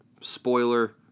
spoiler